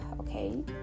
okay